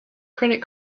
credit